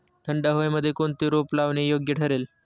थंड हवेमध्ये कोणते रोप लावणे योग्य ठरेल?